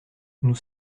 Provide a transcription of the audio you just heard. nous